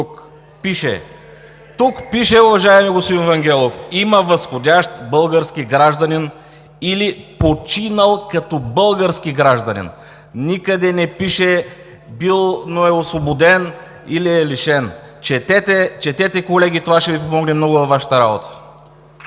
патриоти“.) Уважаеми господин Вангелов, тук пише „има възходящ български гражданин или починал като български гражданин“. Никъде не пише „бил, но е освободен или е лишен“. Четете, четете, колеги, това ще Ви помогне много във Вашата работа!